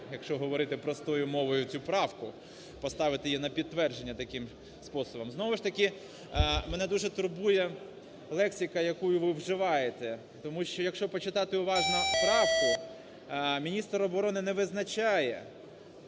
якщо говорити простою мовою, цю правку, поставити її на підтвердження таким способом. Знову ж таки, мене дуже турбує лексика, яку ви вживаєте, тому що, якщо почитати уважно правку, міністр оборони не визначає